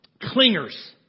clingers